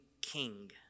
king